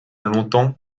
longtemps